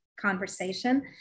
conversation